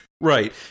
right